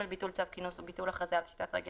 ביטול צו כינוס או ביטול הכרזה על פשיטת רגל